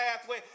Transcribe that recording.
pathway